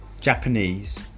Japanese